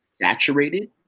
saturated